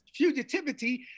fugitivity